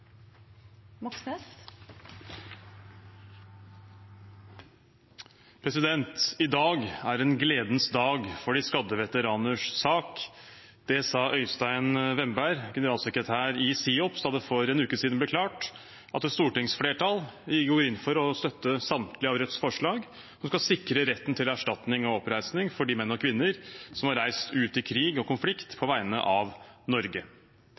av. I dag er en gledens dag for de skadde veteraners sak. Det sa Øystein Wemberg, generalsekretær i SIOPS, da det for en uke siden ble klart at et stortingsflertall går inn for å støtte samtlige av Rødts forslag som skal sikre retten til erstatning og oppreisning for de menn og kvinner som har reist ut i krig og konflikt på vegne av